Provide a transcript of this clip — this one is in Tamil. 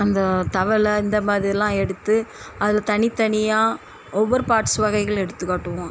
அந்த தவளை இந்த மாதிரிலாம் எடுத்து அதில் தனி தனியாக ஒவ்வொரு பார்ட்ஸ் வகைகள் எடுத்து காட்டுவோம்